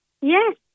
Yes